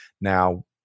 Now